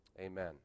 Amen